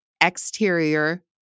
exterior